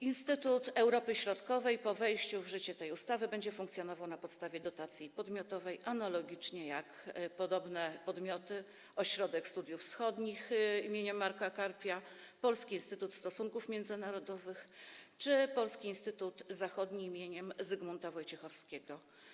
Instytut Europy Środkowej po wejściu w życie tej ustawy będzie funkcjonował na podstawie dotacji podmiotowej, analogicznie do podobnych podmioty: Ośrodka Studiów Wschodnich im. Marka Karpia, Polskiego Instytutu Stosunków Międzynarodowych czy polskiego Instytutu Zachodniego im. Zygmunta Wojciechowskiego.